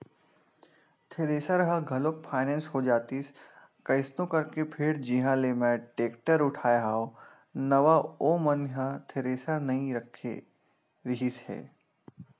thresher ह घलोक finance हो जातिस कइसनो करके फेर जिहाँ ले मेंहा टेक्टर उठाय हव नवा ओ मन ह थेरेसर नइ रखे रिहिस हे